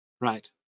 right